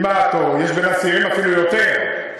ויש בין הצעירים אפילו יותר.